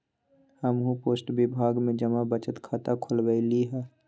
हम्हू पोस्ट विभाग में जमा बचत खता खुलवइली ह